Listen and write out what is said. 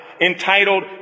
entitled